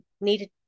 needed